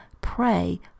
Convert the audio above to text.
pray